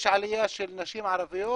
יש עלייה של נשים ערביות,